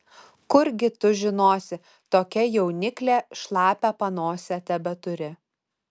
kurgi tu žinosi tokia jauniklė šlapią panosę tebeturi